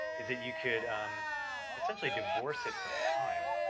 is that you could essentially divorce it from time.